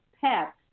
pets